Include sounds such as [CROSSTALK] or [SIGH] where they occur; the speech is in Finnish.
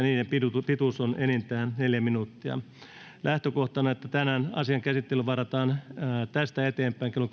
[UNINTELLIGIBLE] ja niiden pituus on enintään viisi minuuttia lähtökohtana on että tänään asian käsittelyyn varataan aikaa tästä eteenpäin kello [UNINTELLIGIBLE]